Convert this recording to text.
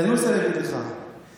אני רוצה להגיד לך שהיהודים,